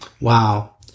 Wow